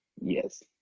Yes